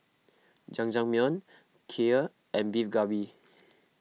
Jajangmyeon Kheer and Beef Galbi